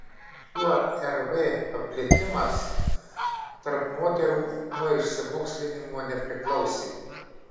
šio rv paplitimas tarp moterų nuo išsimokslinimo nepriklausė